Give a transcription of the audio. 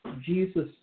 Jesus